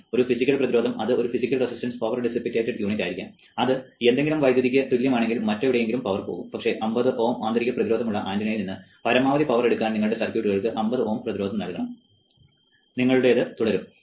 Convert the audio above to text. ഒരു ഫിസിക്കൽ പ്രതിരോധം അത് ഒരു ഫിസിക്കൽ റെസിസ്റ്റൻസ് പവർ ഡിസ്സിപേറ്റഡ് യൂണിറ്റായിരിക്കും അത് എന്തെങ്കിലും വൈദ്യുതിക്ക് തുല്യമാണെങ്കിൽ മറ്റെവിടെയെങ്കിലും പവർ പോകും പക്ഷേ 50 ഓം ആന്തരിക പ്രതിരോധമുള്ള ആന്റിനയിൽ നിന്ന് പരമാവധി പവർ എടുക്കാൻ നിങ്ങളുടെ സർക്യൂട്ടുകൾ 50 ഓം പ്രതിരോധം നൽകണം നിങ്ങളുടേത് തുടരും